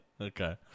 Okay